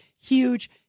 huge